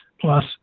plus